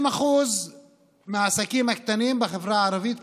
50% מהעסקים הקטנים והבינוניים בחברה הערבית,